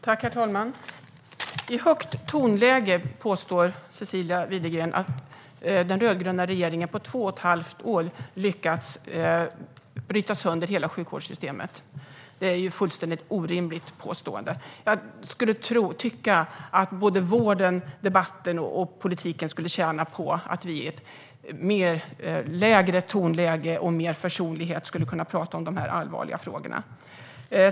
Herr talman! I högt tonläge påstår Cecilia Widegren att den rödgröna regeringen på två och ett halvt år har lyckats bryta sönder hela sjukvårdssystemet. Det är ett fullständigt orimligt påstående. Jag tycker att såväl vården och debatten som politiken skulle tjäna på att vi med ett lägre tonläge och mer försonlighet kan tala om dessa allvarliga frågor.